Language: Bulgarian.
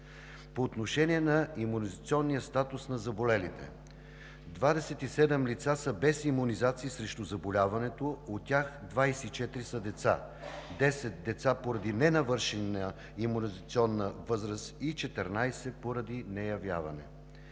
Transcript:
По отношение на имунизационния статус на заболелите: 27 лица са без имунизации срещу заболяването, от тях 24 са деца – 10 деца поради ненавършена имунизационна възраст и 14 поради неявяване;